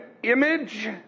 image